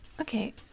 Okay